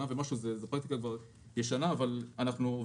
כלומר זו פרקטיקה שהיא חדשה-ישנה,